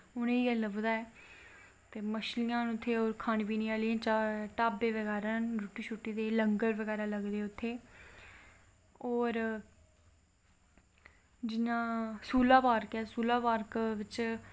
उत्तें गी बड़े कोई चौदां पंदरां घाट न मनिकरनिका बी घाट ऐ उत्थें उत्थें आखदे कोई मरी जा ते उत्थें जलाओ ते सिध्दा स्वर्ग जंदा उत्थें जलांदे ते अगला जन्म बी बी मिलदा उसी सिध्दे भगवान दे कोल जंदा